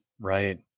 Right